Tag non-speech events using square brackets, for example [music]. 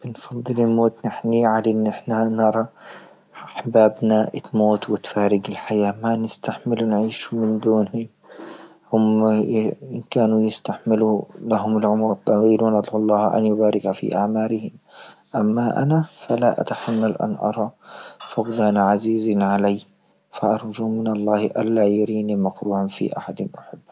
إنفضل الموت نحني علي أن نحنا نرى أحبابنا تموت وتفارق الحياة، ما نستحمل نعيش من دون هم [unintelligible] كانوا يستحملوا لهم العمر الطويل وندعو الله ان يبارك في أعمالهم أما أنا فلا أتحمل أن أرى [noise] عزيز علي فأرجو من الله ألا يريني مكروه في أحد أحبه.